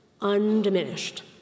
undiminished